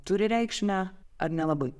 turi reikšmę ar nelabai